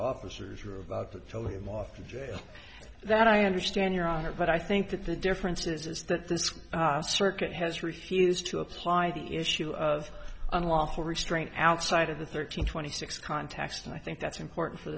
officers are about to tell him off to jail that i understand your honor but i think that the difference is that this circuit has refused to apply the issue of unlawful restraint outside of the thirteen twenty six contacts and i think that's important for